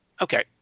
Okay